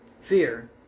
Fear